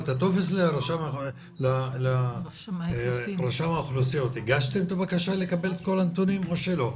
את הטופס לרשם האוכלוסין הגשתם בקשה לקבל את הנתונים או שלא?